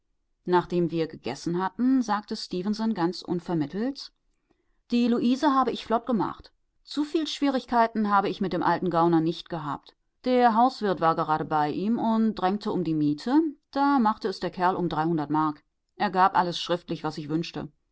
nachdem wir gegessen hatten sagte stefenson ganz unvermittelt die luise habe ich flottgemacht zuviel schwierigkeiten habe ich mit dem alten gauner nicht gehabt der hauswirt war gerade bei ihm und drängte um die miete da machte es der kerl um dreihundert mark er gab alles schriftlich was ich wünschte